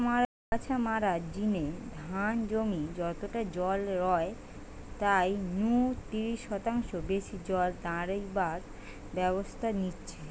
আগাছা মারার জিনে ধান জমি যতটা জল রয় তাই নু তিরিশ শতাংশ বেশি জল দাড়িবার ব্যবস্থা হিচে